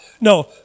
No